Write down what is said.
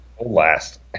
last